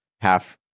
half